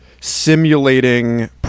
simulating